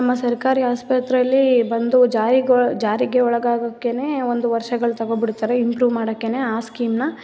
ನಮ್ಮ ಸರ್ಕಾರಿ ಆಸ್ಪತ್ರೆಯಲ್ಲಿ ಬಂದು ಜಾರಿಗೆ ಒಳಗಾಗಕ್ಕೆ ಒಂದು ವರ್ಷಗಳು ತಗೊಬಿಡ್ತಾರೆ ಇಂಪ್ರೂವ್ ಮಾಡಕ್ಕೆ ಆ ಸ್ಕೀಮನ್ನ